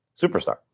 superstar